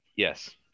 Yes